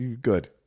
Good